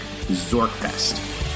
Zorkfest